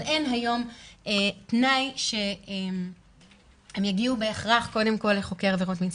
אבל איון היום תנאי שהם יגיעו בהכרח קודם לחוקר עבירות מין.